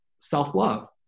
self-love